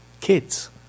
Kids